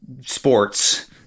sports